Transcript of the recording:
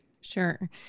Sure